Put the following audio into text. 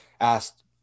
asked